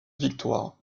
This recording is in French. victoire